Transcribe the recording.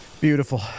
Beautiful